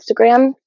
Instagram